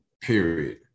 Period